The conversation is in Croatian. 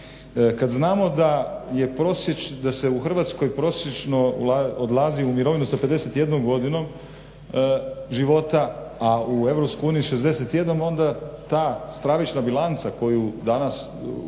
Kad znamo da je, da se u Hrvatskoj prosječno odlazi u mirovinu sa 51 godinom života, a u EU 61 onda ta stravična bilanca koju danas,